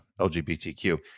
LGBTQ